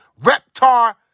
Reptar